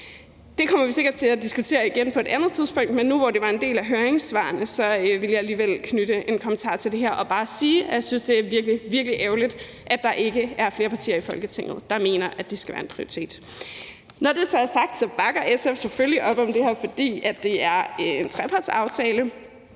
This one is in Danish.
Det kommer vi sikkert til at diskutere igen på et andet tidspunkt, men nu, hvor det var en del af høringssvarene, ville jeg alligevel knytte en kommentar til det og bare sige, at jeg synes, at det er virkelig, virkelig ærgerligt, at der ikke er flere partier i Folketinget, der mener, at det skal være en prioritet. Når det så er sagt, bakker SF selvfølgelig op om det her, fordi det er en trepartsaftale